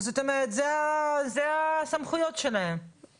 זה פחות משנה אם זה עולה מרוסיה או בלארוס או אוקראינה.